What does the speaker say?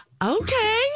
Okay